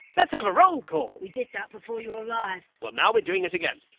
let's have a roll call! we did that before you arrived. well now we're doing it again.